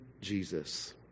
Jesus